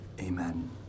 Amen